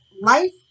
Life